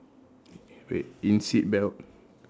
wait in seat belt